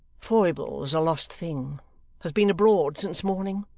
foible's a lost thing has been abroad since morning,